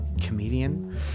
comedian